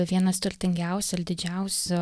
vienas turtingiausių ir didžiausių